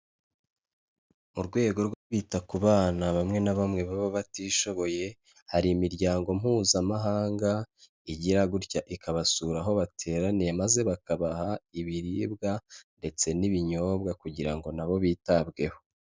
Mu rwego rwo kwita ku bana bamwe na bamwe baba batishoboye, hari imiryango mpuzamahanga igira gutya ikabasura aho bateraniye maze bakabaha ibiribwa ndetse n'ibinyobwa kugira ngo nabo bitabweho.